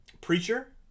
Preacher